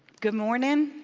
good morning!